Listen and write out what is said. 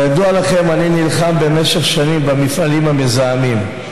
כידוע לכם, אני נלחם במשך שנים במפעלים המזהמים.